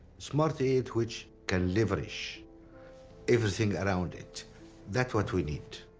smart aid which can leverage everything, around it that's what we need.